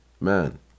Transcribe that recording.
man